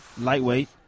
lightweight